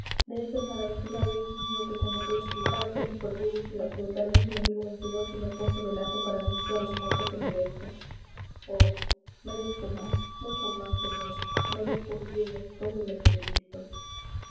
de ese malaventurado hijo mío que con la frialdad de los verdugos y la crueldad de un enemigo vencedor se me ha puesto delante para anunciar la muerte que merezco oh merezco más mucho más señor merezco vivir después de lo que he visto